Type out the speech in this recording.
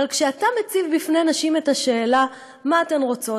אבל כשאתה מציב בפני נשים את השאלה: מה אתן רוצות,